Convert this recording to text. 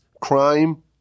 crime